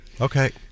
Okay